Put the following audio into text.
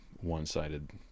one-sided